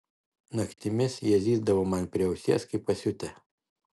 naktimis jie zyzdavo man prie ausies kaip pasiutę